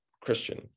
christian